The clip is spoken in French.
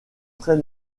très